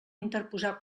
interposar